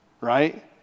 right